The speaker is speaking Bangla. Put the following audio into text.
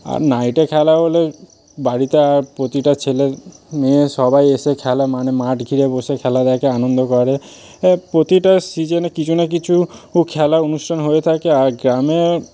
আর নাইটে খেলা হলে বাড়িতে প্রতিটা ছেলে মেয়ে সবাই এসে খেলা মানে মাঠ ঘিরে বসে খেলা দেখে আনন্দ করে প্রতিটা সিজনে কিছু না কিছু খেলার অনুষ্ঠান হয়ে থাকে আর গ্রামে